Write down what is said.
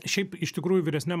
šiaip iš tikrųjų vyresniam